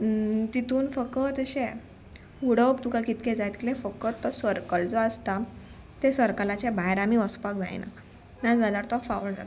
तितून फकत अशें उडोवप तुका कितकें जाय तितलें फकत तो सर्कल जो आसता ते सर्कलाचे भायर आमी वचपाक जायना नाजाल्यार तो फावल जाता